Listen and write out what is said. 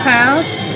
House